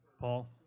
Paul